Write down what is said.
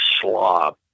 slob